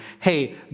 hey